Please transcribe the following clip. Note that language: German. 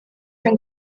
und